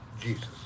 Jesus